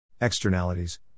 externalities